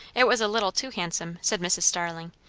it was a little too handsome, said mrs. starling,